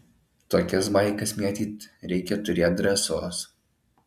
tokias baikas mėtyt reikia turėt drąsos